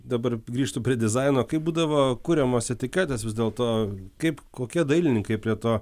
dabar grįžtu prie dizaino kaip būdavo kuriamos etiketės vis dėlto kaip kokie dailininkai prie to